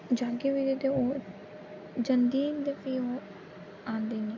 जाह्ग बी ते ओह् जंदी निं ते फ्ही ओह् औंदी निं